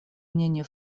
мнению